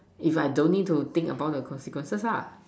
if I don't need to think about the consequences ah